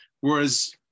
Whereas